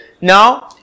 Now